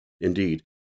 indeed